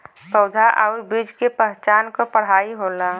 पउधा आउर बीज के पहचान क पढ़ाई होला